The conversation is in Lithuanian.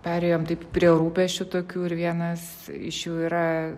perėjom taip prie rūpesčių tokių ir vienas iš jų yra